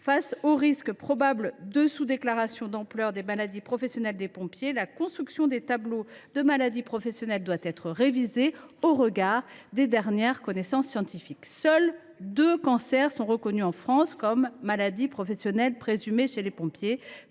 Face au risque probable d’une sous déclaration d’ampleur des maladies professionnelles des sapeurs pompiers, la construction des tableaux des maladies professionnelles doit être révisée au regard des dernières connaissances scientifiques. En France, seuls deux cancers sont reconnus comme des maladies professionnelles présumées chez les sapeurs